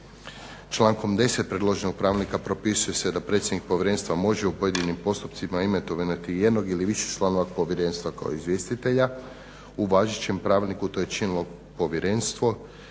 Člankom 10. predloženog pravilnika propisuje se da predsjednik povjerenstva može u pojedinim postupcima imenovati jednog ili više članova povjerenstva kao izvjestitelja. U važećem pravilniku to je činilo povjerenstvo